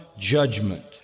judgment